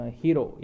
hero